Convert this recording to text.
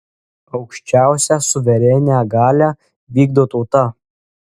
aukščiausią suverenią galią vykdo tauta